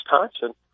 Wisconsin